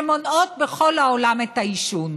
שמונעות בכל העולם את העישון.